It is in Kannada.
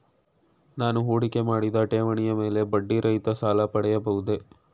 ನಾನು ಹೂಡಿಕೆ ಮಾಡಿದ ಠೇವಣಿಯ ಮೇಲೆ ಬಡ್ಡಿ ರಹಿತ ಸಾಲ ಪಡೆಯಬಹುದೇ?